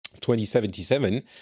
2077